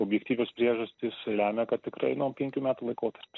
objektyvios priežastys lemia kad tikrai no penkių metų laikotarpis